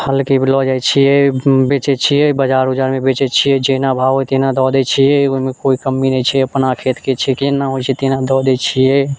फलके भी लऽ जाइत छियै बेचैत छियै बजार ओजारमे बेचैत छियै जहिना भाव हय तहिना दऽ दय छियै ओहिमे कोइ कमी नहि छै अपना खेतके छै जहिना होय छै तहिना दऽ दय छियै